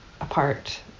apart